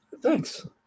thanks